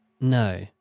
No